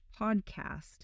podcast